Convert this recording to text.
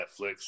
Netflix